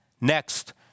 Next